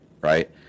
right